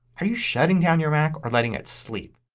are you shutting down your mac or letting it sleep.